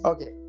Okay